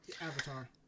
avatar